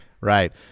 Right